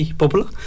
popular